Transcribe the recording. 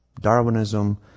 Darwinism